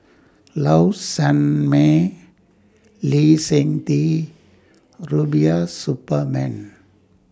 Low Sanmay Lee Seng Tee Rubiah Suparman